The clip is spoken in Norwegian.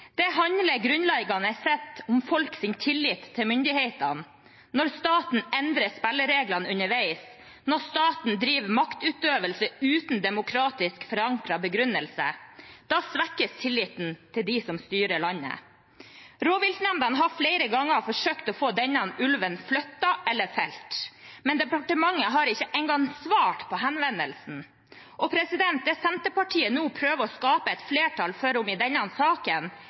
Det handler grunnleggende sett om folks tillit til myndighetene når staten endrer spillereglene underveis, når staten driver maktutøvelse uten demokratisk forankret begrunnelse – da svekkes tilliten til dem som styrer landet. Rovviltnemndene har flere ganger forsøkt å få denne ulven flyttet eller felt, men departementet har ikke engang svart på henvendelsen. Det Senterpartiet nå prøver å skape et flertall for i denne saken,